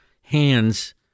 hands